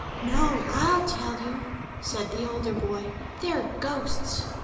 no i'll tell you said the older boy they're ghosts